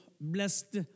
blessed